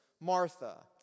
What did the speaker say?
Martha